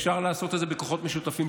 אפשר לעשות את זה בכוחות משותפים.